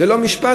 ללא משפט,